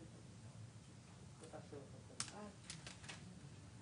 אם אפשר לחזור על השאלה בבקשה.